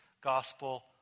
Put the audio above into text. gospel